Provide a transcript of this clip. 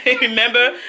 remember